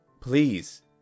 Please